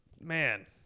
man